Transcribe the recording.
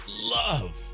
love